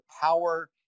power